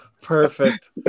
perfect